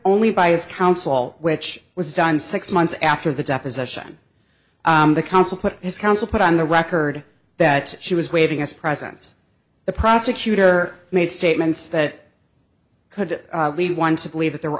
only by his counsel which was done six months after the deposition the counsel put his counsel put on the record that she was waiving us presence the prosecutor made statements that could lead one to believe that there were